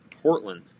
Portland